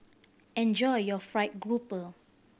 enjoy your fried grouper